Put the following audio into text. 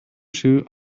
shoe